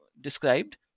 described